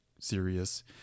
serious